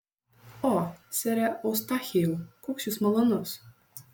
o sere eustachijau koks jūs malonus